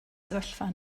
sefyllfa